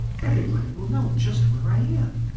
everybody will know just where i am,